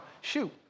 Shoot